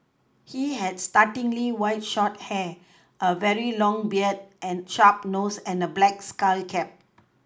he had startlingly white short hair a very long beard a sharp nose and a black skull cap